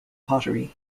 pottery